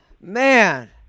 man